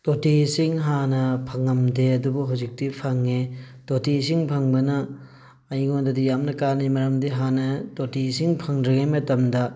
ꯇꯣꯇꯤ ꯏꯁꯤꯡ ꯍꯥꯟꯅ ꯐꯪꯉꯝꯗꯦ ꯑꯗꯨꯕꯨ ꯍꯧꯖꯤꯛꯇꯤ ꯐꯪꯉꯦ ꯇꯣꯇꯤ ꯏꯁꯤꯡ ꯐꯪꯕꯅ ꯑꯩꯉꯣꯟꯗꯗꯤ ꯌꯥꯝꯅ ꯀꯥꯟꯅꯩ ꯃꯔꯝꯗꯤ ꯍꯥꯟꯅ ꯇꯣꯇꯤ ꯏꯁꯤꯡ ꯐꯪꯗ꯭ꯔꯤꯉꯥꯏ ꯃꯇꯝꯗ